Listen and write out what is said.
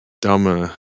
Dama